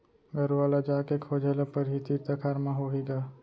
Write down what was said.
गरूवा ल जाके खोजे ल परही, तीर तखार म होही ग